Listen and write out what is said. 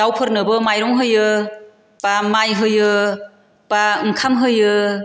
दाउफोरनोबो माइरं होयो बा माइ होयो बा ओंखाम होयो